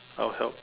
I'll help